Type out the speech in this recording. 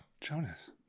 jonas